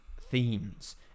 themes